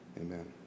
Amen